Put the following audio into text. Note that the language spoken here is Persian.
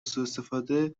سوءاستفاده